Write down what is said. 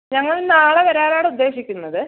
ഞങ്ങൾ നാളെ വരാനാണ് ഉദ്ദേശിക്കുന്നത്